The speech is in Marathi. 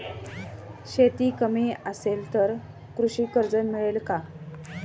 शेती कमी असेल तर कृषी कर्ज मिळेल का?